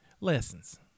Lessons